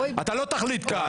אתה לא תחליט כאן.